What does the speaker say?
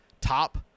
Top